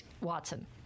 Watson